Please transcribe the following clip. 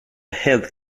helt